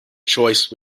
choice